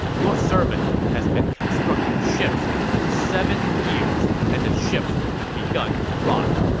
your servant has been constructing ships for seven years, and the ships have begun to rot.